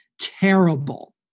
terrible